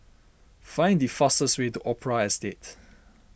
find the fastest way to Opera Estate